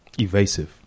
Evasive